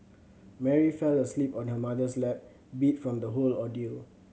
Mary fell asleep on her mother's lap beat from the whole ordeal